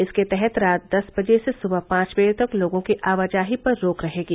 इसके तहत रात दस बजे से सुबह पांच बजे तक लोगों की आवाजाही पर रोक रहेगी